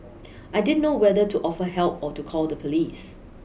I didn't know whether to offer help or to call the police